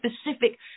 specific